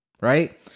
Right